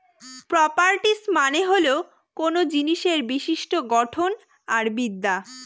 properties মানে হল কোনো জিনিসের বিশিষ্ট্য গঠন আর বিদ্যা